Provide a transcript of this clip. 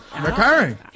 Recurring